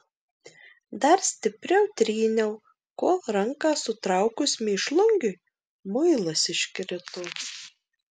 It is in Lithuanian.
dar stipriau tryniau kol ranką sutraukus mėšlungiui muilas iškrito